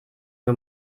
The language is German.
nur